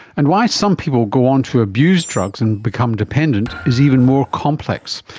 and why some people go on to abuse drugs and become dependent is even more complex.